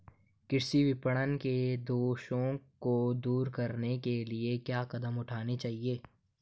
कृषि विपणन के दोषों को दूर करने के लिए क्या कदम उठाने चाहिए?